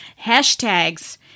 hashtags